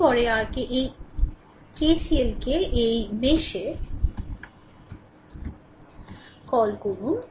এর পরে r কে এই KCL কে এই meshটিতে কল করুন